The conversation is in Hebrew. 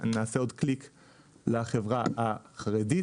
החברה החרדית